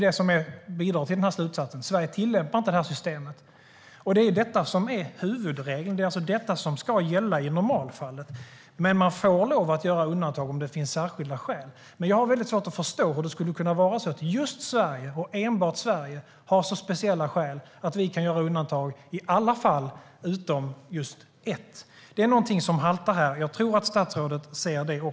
Det bidrar till slutsatsen att Sverige inte tillämpar systemet. Det är detta som är huvudregeln; det är alltså detta som ska gälla i normalfallet. Man får dock lov att göra undantag om det finns särskilda skäl. Men jag har svårt att förstå hur det skulle kunna vara så att just Sverige, och enbart Sverige, har så speciella skäl att vi kan göra undantag i alla fall utom just ett. Det är någonting som haltar här, och jag tror att statsrådet ser det också.